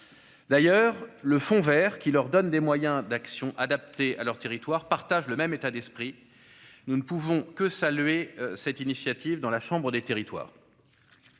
D'ailleurs, le fonds vert, qui leur donne des moyens d'action adaptés à leur territoire, procède de cet état d'esprit. Nous ne pouvons que saluer cette initiative, dans la chambre des territoires